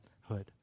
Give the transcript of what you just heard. hood